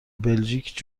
بلژیک